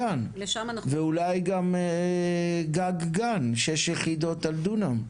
ואולי גם גג גן, שש יחידות על דונם.